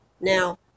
Now